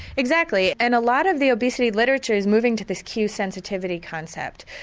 exactly, and a lot of the obesity literature is moving to this cue sensitivity concept,